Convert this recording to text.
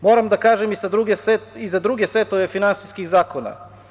Moram da kažem i za druge setove finansijskih zakona.